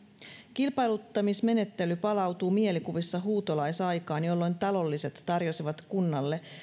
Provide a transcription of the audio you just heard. kilpailuttamismenettely palautuu mielikuvissa huutolaisaikaan jolloin talolliset tarjosivat kunnalle